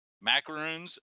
macaroons